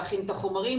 להכין את החומרים,